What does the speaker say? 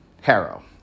Harrow